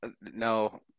No